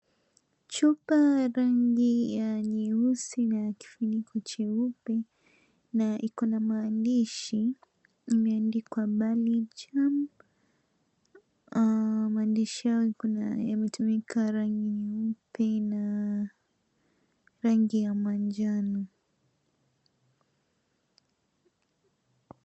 Chupa ya rangi ya nyeusi na kifuniko cheupe na iko na maandishi imeandikwa Balijaam. Maandishi hayo yako na yametumika rangi nyeupe na rangi ya manjano.